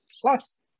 plus